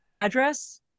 address